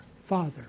Father